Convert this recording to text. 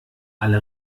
alle